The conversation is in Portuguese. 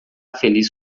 feliz